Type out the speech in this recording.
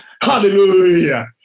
Hallelujah